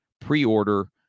pre-order